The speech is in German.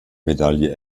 medaille